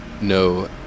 no